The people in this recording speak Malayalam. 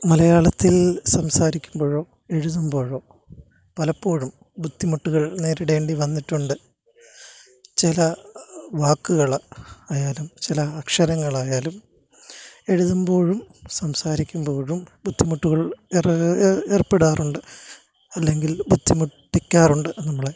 മലയാളത്തില് സംസാരിക്കുമ്പോഴോ എഴുതുമ്പോഴോ പലപ്പോഴും ബുദ്ധിമുട്ടുകള് നേരിടേണ്ടി വന്നിട്ടുണ്ട് ചില വാക്കുകൾ ആയാലും ചില അക്ഷരങ്ങൾ ആയാലും എഴുതുമ്പോഴും സംസാരിക്കുമ്പോഴും ബുദ്ധിമുട്ടുകള് ഏര്പ്പെടാറുണ്ട് അല്ലെങ്കില് ബുദ്ധിമുട്ടിക്കാറുണ്ട് നമ്മളെ